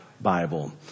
Bible